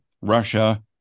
russia